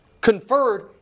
conferred